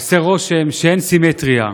עושה רושם שאין סימטריה.